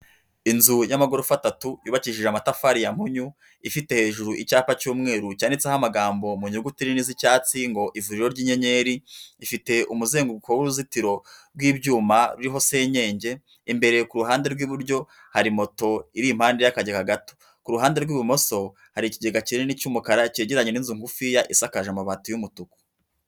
Inzu y'amagorofa atatu yubabakishije amatafari ya munyu, ifite hejuru icyapa cy'umweru cyanditseho amagambo mu nyuguti nini z'icyatsi ngo ivuriro ry'inyenyeri, ifite umuzenguko w'uruzitiro rw'ibyuma ruriho senyenge, imbere kuru ruhande rw'iburyo hari moto iri impande y'akagega gato, ku ruhande rw'ibumoso hari ikigega kinini cy'umukara cyegeranye n'inzu ngufiya isakaje amabati y'umutuku.